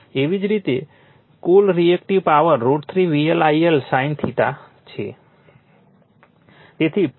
એવી જ રીતે કુલ reactive power √ 3 VL IL sin છે